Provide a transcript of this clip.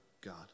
God